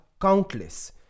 countless